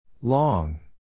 Long